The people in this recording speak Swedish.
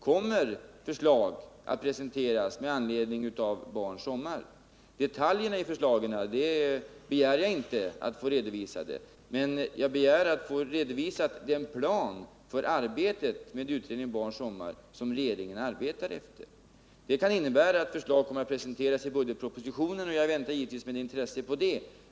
Kommer förslag att presenteras med anledning av Barns sommar? Jag begär inte någon redovisning av förslagets detaljer, men jag vill få en redovisning för den plan för arbetet med utredningen Barns sommar som regeringen arbetar efter. Det kan innebära att förslag kommer att presenteras i budgetpropositionen, och jag väntar givetvis med intresse på detta.